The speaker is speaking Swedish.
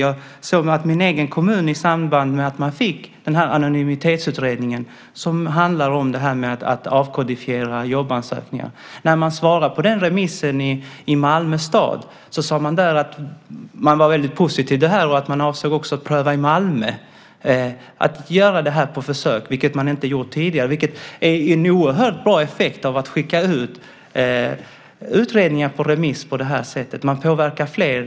Jag såg att min egen kommun i samband med att man fick Anonymitetsutredningen, som handlar om det här med att avkodifiera jobbansökningar, i remissvaret sade att man var väldigt positiv till det här och att man också avsåg att göra det här på försök i Malmö, vilket man inte gjort tidigare. Det är en oerhört bra effekt av att skicka ut utredningar på remiss på det här sättet. Man påverkar fler.